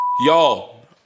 Y'all